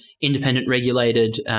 independent-regulated